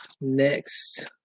next